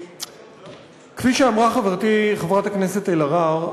כפי שאמרה חברתי חברת הכנסת אלהרר,